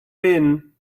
been